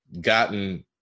gotten